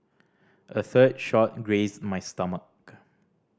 a third shot grazed my stomach